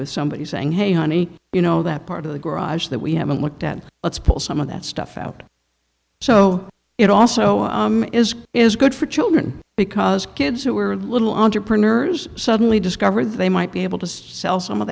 with somebody saying hey honey you know that part of the garage that we haven't looked at let's pull some of that stuff out so it also is good for children because kids who are little entrepreneurs suddenly discover they might be able to sell some of